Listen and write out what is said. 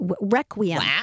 Requiem